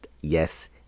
Yes